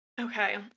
Okay